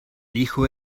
hijo